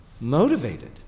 motivated